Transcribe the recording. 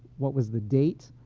what was the date,